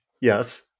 Yes